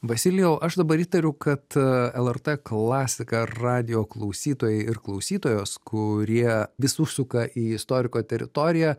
vasilijau aš dabar įtariu kad lrt klasika radijo klausytojai ir klausytojos kurie vis užsuka į istoriko teritoriją